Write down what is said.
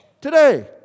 today